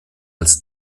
als